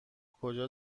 کجا